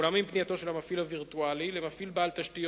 אולם אם פנייתו של מפעיל וירטואלי למפעיל בעל תשתית